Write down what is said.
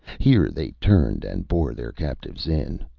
here they turned, and bore their captives in.